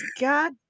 God